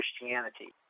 Christianity